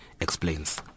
explains